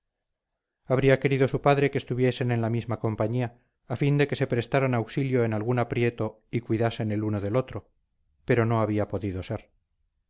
habría querido su padre que estuviesen en la misma compañía a fin de que se prestaran auxilio en algún aprieto y cuidasen el uno del otro pero no había podido ser